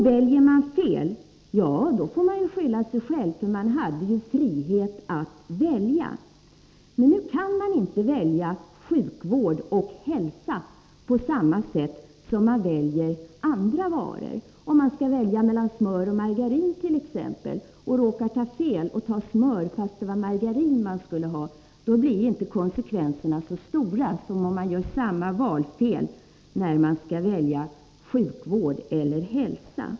Väljer man fel — ja, då får man skylla sig själv, för man hade ju frihet att välja. Man kan emellertid inte välja sjukvård och hälsa på samma sätt som man väljer varor. Om man skall välja mellan smör och margarin t.ex. och råkar ta fel och ta smör, fastän det var margarin man skulle ha, då blir konsekvenserna inte så stora som om man gör samma valfel när man skall välja sjukvård eller hälsa.